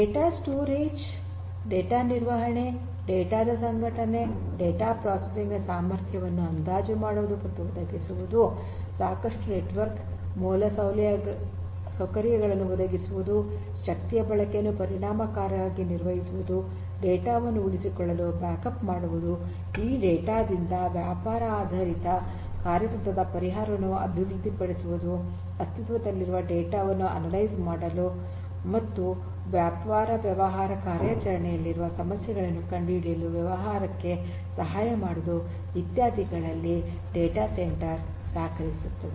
data storage data ನಿರ್ವಹಣೆ data ದ ಸಂಘಟನೆ ಡೇಟಾ ಪ್ರೊಸೆಸಿಂಗ್ ನ ಸಾಮರ್ಥ್ಯವನ್ನು ಅಂದಾಜು ಮಾಡುವುದು ಮತ್ತು ಒದಗಿಸುವುದು ಸಾಕಷ್ಟು ನೆಟ್ವರ್ಕ್ ಮೂಲಸೌಕರ್ಯಗಳನ್ನು ಒದಗಿಸುವುದು ಶಕ್ತಿಯ ಬಳಕೆಯನ್ನು ಪರಿಣಾಮಕಾರಿಯಾಗಿ ನಿರ್ವಹಿಸುವುದು ಡೇಟಾ ವನ್ನು ಉಳಿಸಿಕೊಳ್ಳಲು ಬ್ಯಾಕ್ಅಪ್ ಮಾಡುವುದು ಈ ಡೇಟಾ ದಿಂದ ವ್ಯಾಪಾರ ಆಧಾರಿತ ಕಾರ್ಯತಂತ್ರದ ಪರಿಹಾರವನ್ನು ಅಭಿವೃದ್ಧಿಪಡಿಸುವುದು ಅಸ್ತಿತ್ವದಲ್ಲಿರುವ ಡೇಟಾ ವನ್ನು ಅನಲೈಜ್ ಮಾಡಲು ಮತ್ತು ವ್ಯವಹಾರ ಕಾರ್ಯಾಚರಣೆಯಲ್ಲಿನ ಸಮಸ್ಯೆಗಳನ್ನು ಕಂಡುಹಿಡಿಯಲು ವ್ಯವಹಾರಕ್ಕೆ ಸಹಾಯ ಮಾಡುವುದು ಇತ್ಯಾದಿಗಳಲ್ಲಿ ಡೇಟಾ ಸೆಂಟರ್ ಸಹಕರಿಸುತ್ತದೆ